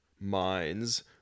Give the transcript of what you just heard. minds